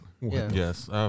Yes